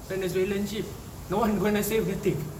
venezuelan ship no one going to save the thing